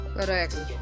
Correct